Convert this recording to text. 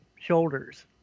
shoulders